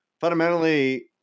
fundamentally